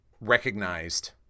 recognized